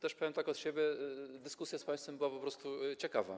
I powiem też tak od siebie, że dyskusja z państwem była po prostu ciekawa.